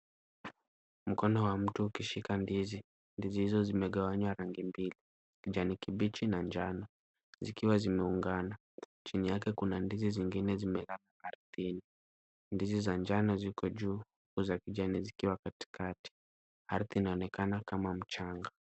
Mkono wa mtu ukishika ndizi. Ndizi hizo zimegawanywa rangi mbili kijani kibichi na njano zikiwa zimeungana. Chini yake kuna ndizi zingine zimelala ardhini. Ndizi za njano ziko juu huku za kijani zikiwa katikati. Ardhi inaonekana kama mchanga.